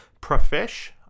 profesh